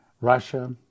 Russia